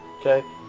Okay